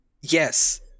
Yes